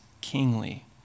kingly